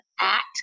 act